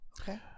okay